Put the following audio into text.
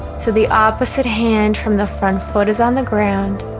so the opposite hand from the front foot is on the ground